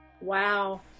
Wow